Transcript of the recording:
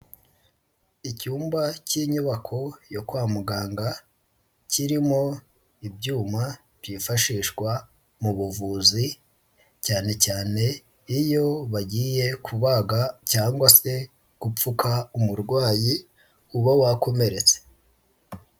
Icyumba cy'inyubako yo kwa muganga, kirimo ibyuma byifashishwa mu buvuzi cyane cyane iyo bagiye kubaga cyangwa se gupfuka umurwayi uba wakomeretse.